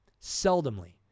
seldomly